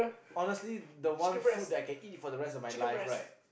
honestly the one food that I can eat for the rest of my life right